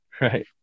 Right